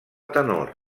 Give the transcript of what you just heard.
tenor